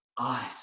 eyes